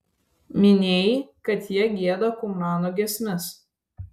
minėjai kad jie gieda kumrano giesmes